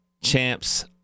champs